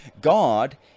God